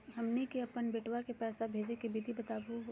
हमनी के अपन बेटवा क पैसवा भेजै के विधि बताहु हो?